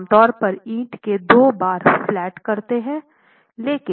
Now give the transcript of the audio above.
हम आमतौर पर ईंटों को दो बार फ्लैट करते हैं